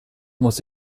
muss